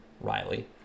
Riley